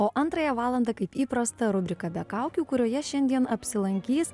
o antrąją valandą kaip įprasta rubriką be kaukių kurioje šiandien apsilankys